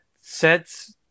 sets